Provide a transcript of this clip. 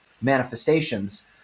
manifestations